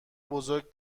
بزرگ